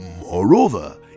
moreover